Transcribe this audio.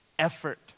effort